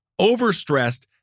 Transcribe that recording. overstressed